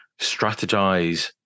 strategize